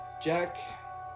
Jack